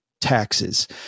taxes